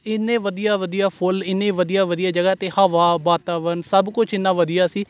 ਇੰਨੇ ਵਧੀਆ ਵਧੀਆ ਫੁੱਲ ਇੰਨੇ ਵਧੀਆ ਵਧੀਆ ਜਗ੍ਹਾ ਅਤੇ ਹਵਾ ਵਾਤਾਵਰਨ ਸਭ ਕੁਝ ਇੰਨਾ ਵਧੀਆ ਸੀ